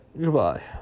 goodbye